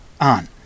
on